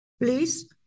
please